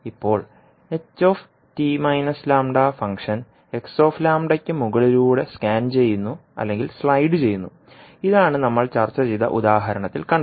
ഇപ്പോൾ h t λ function x λയ്ക്ക് മുകളിലൂടെ സ്കാൻ ചെയ്യുന്നു അല്ലെങ്കിൽ സ്ലൈഡുചെയ്യുന്നു ഇതാണ് നമ്മൾ ചർച്ച ചെയ്ത ഉദാഹരണത്തിൽ കണ്ടത്